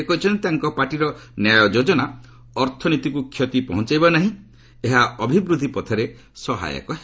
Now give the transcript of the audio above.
ସେ କହିଛନ୍ତି ତାଙ୍କ ପାର୍ଟିର ନ୍ୟାୟ ଯୋଜନା ଅର୍ଥନୀତିକୁ କ୍ଷତି ପହଞ୍ଚାଇବ ନାହିଁ ଏହା ଅଭିବୃଦ୍ଧି ପଥରେ ସହାୟକ ହେବ